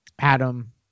Adam